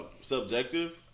subjective